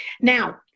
Now